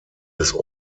des